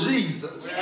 Jesus